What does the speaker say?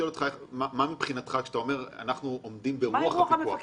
מה כוונתך כשאתה אומר שאתם עומדים ברוח הפיקוח?